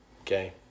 okay